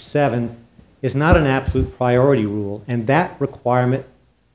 seven is not an absolute priority rule and that requirement